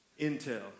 intel